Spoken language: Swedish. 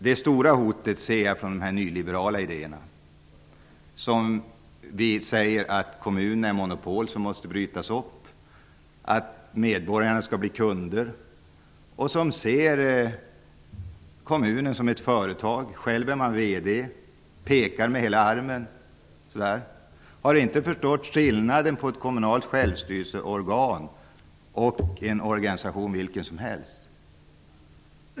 Det stora hotet anser jag vara de nyliberala idéer som säger att kommunerna utgör monopol som måste brytas upp och att medborgarna skall bli kunder och som ser kommunen som ett företag. Själv är man VD och pekar med hela armen. Man har inte förstått skillnaden mellan ett kommunalt självstyrelseorgan och en organisation vilken som helst.